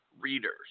readers